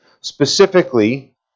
specifically